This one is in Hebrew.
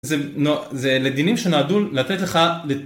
זה לדינים שנועדו לתת לך